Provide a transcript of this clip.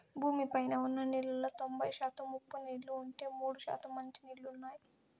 భూమి పైన ఉన్న నీళ్ళలో తొంబై శాతం ఉప్పు నీళ్ళు ఉంటే, మూడు శాతం మంచి నీళ్ళు ఉన్నాయి